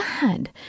God